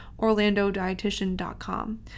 orlandodietitian.com